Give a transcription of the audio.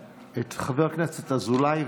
את חבר הכנסת אזולאי,